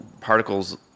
particles